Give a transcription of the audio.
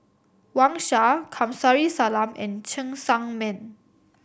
Wang Sha Kamsari Salam and Cheng Tsang Man